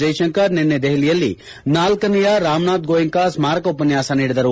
ಜೈಶಂಕರ್ ನಿನ್ನೆ ದೆಹಲಿಯಲ್ಲಿ ಳನೇಯ ರಾಮನಾಥ್ ಗೋಯಂಕ ಸ್ಮಾರಕ ಉಪನ್ನಾಸ ನೀಡಿದರು